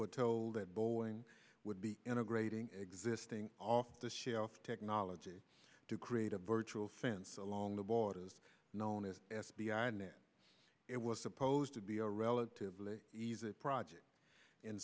were told that bowling would be integrating existing off the shelf technology to create a virtual fence along the borders known as f b i net it was supposed to be a relatively easy project